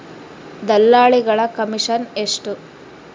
ದಲ್ಲಾಳಿಗಳ ಕಮಿಷನ್ ಎಷ್ಟು?